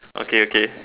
okay okay